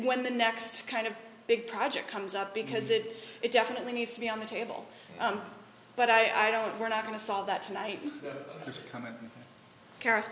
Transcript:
when the next kind of big project comes up because it it definitely needs to be on the table but i don't we're not going to solve that tonight this coming car